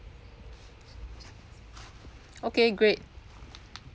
okay great